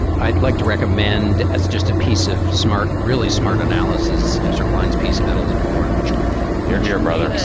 i'd like to recommend as just a piece of smart, really smart analysis as reclines piece about elizabeth warren, which you're here, brother.